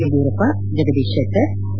Yediyurappa Jagadish Shettar K